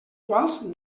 quals